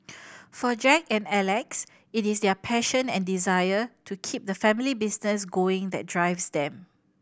for Jack and Alex it is their passion and desire to keep the family business going that drives them